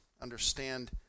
Understand